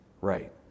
right